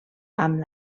amb